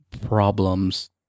problems